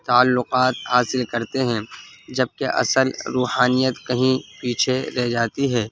تعلقات حاصل کرتے ہیں جبکہ اصل روحانیت کہیں پیچھے رہ جاتی ہے